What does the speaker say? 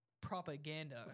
Propaganda